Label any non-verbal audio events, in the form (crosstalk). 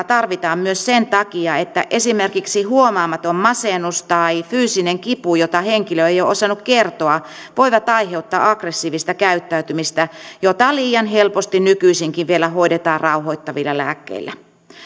(unintelligible) tarvitaan myös sen takia että esimerkiksi huomaamaton masennus tai fyysinen kipu jota henkilö ei ole osannut kertoa voivat aiheuttaa aggressiivista käyttäytymistä jota liian helposti nykyisinkin vielä hoidetaan rauhoittavilla lääkkeillä